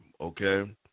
okay